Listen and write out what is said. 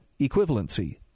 equivalency